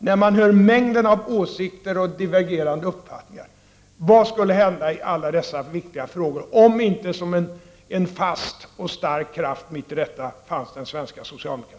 När man hör mängden åsikter och divergerande uppfattningar frågar man sig vad som skulle hända i dessa viktiga frågor om inte mitt i detta som en fast och stark kraft fanns den svenska socialdemokratin.